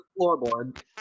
floorboard